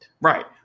Right